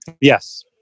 Yes